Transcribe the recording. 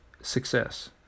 success